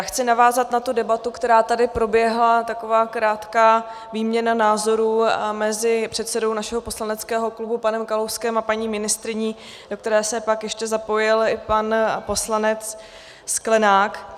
Chci navázat na debatu, která tady proběhla, taková krátká výměna názorů mezi předsedou našeho poslaneckého klubu panem Kalouskem a paní ministryní, do které se pak ještě zapojil i pan poslanec Sklenák.